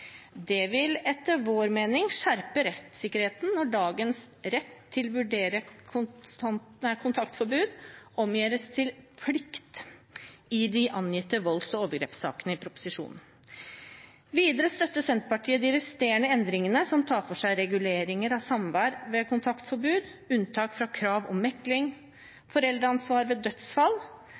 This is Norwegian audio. Det vil etter vår mening skjerpe rettssikkerheten når dagens rett til å vurdere kontaktforbud omgjøres til plikt i volds- og overgrepssakene angitt i proposisjonen. Videre støtter Senterpartiet de resterende endringene som tar for seg regulering av samvær ved kontaktforbud, unntak fra krav om mekling, foreldreansvar ved dødsfall